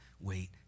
wait